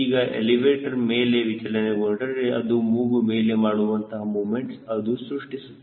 ಈಗ ಎಲಿವೇಟರ್ ಮೇಲೆ ವಿಚಲನೆಗೊಂಡರೆ ಅದು ಮೂಗು ಮೇಲೆ ಮಾಡುವಂತಹ ಮೊಮೆಂಟ್ ಅದು ಸೃಷ್ಟಿಸುತ್ತದೆ